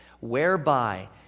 whereby